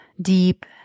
deep